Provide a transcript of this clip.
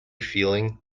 feeling